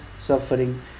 suffering